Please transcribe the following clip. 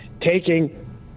taking